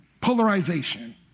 polarization